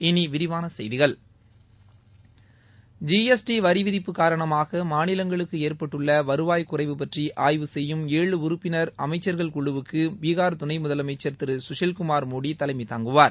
இனி விரிவான செய்திகள் ஜி எஸ் டி வரிவிதிப்பு காரணமாக மாநிலங்களுக்கு ஏற்பட்டுள்ள வருவாய் குறைவு பற்றி ஆய்வு செய்யும் ஏழு உறுப்பினர் அமைச்சர்கள் குழுவுக்கு பீகார் துணை முதலமைச்சர் திரு சுஷில் குமார் மோடி தலைமை தாங்குவார்